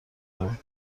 دارم